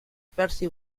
percy